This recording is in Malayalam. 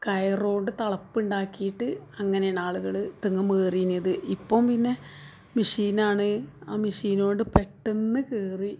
കയറുകൊണ്ട് തളപ്പുണ്ടാക്കിയിട്ട് അങ്ങനെയാണ് ആളുകൾ തെങ്ങിന്മേൽ കയറിയിരുന്നത് ഇപ്പം പിന്നെ മെഷീനാണ് ആ മെഷിനുകൊണ്ട് പെട്ടെന്ന് കയറി